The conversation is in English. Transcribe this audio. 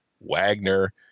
Wagner